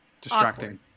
Distracting